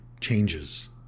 changes